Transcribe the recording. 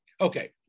Okay